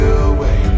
away